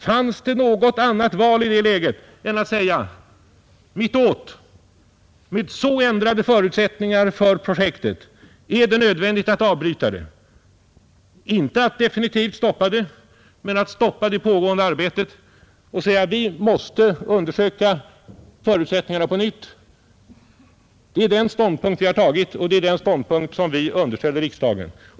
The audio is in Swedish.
Fanns det något annat val i det läget än att säga: Mittåt, med så ändrade förutsättningar för projektet är det nödvändigt att avbryta det, inte att definitivt stoppa det men att stoppa det pågående arbetet och säga att vi måste undersöka förutsättningarna på nytt? Det är den ståndpunkten vi har tagit, och det är den ståndpunkten som vi underställer riksdagen.